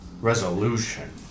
resolution